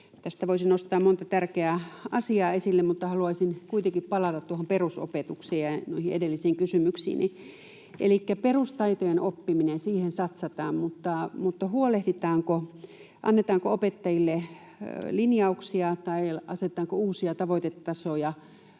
Tästä voisi nostaa monta tärkeää asiaa esille, mutta haluaisin kuitenkin palata tuohon perusopetukseen ja noihin edellisiin kysymyksiini. Elikkä perustaitojen oppimiseen satsataan, mutta huolehditaanko, annetaanko opettajille linjauksia tai asetetaanko uusia tavoitetasoja